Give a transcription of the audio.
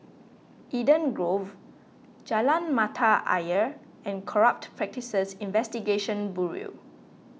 Eden Grove Jalan Mata Ayer and Corrupt Practices Investigation Bureau